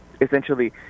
essentially